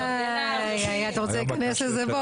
אי, אתה רוצה להיכנס לזה?